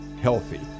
healthy